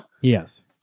Yes